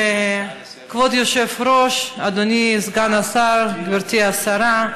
כבוד היושב-ראש, אדוני סגן השר, גברתי השרה,